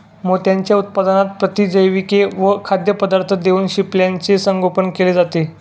मोत्यांच्या उत्पादनात प्रतिजैविके व खाद्यपदार्थ देऊन शिंपल्याचे संगोपन केले जाते